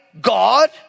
God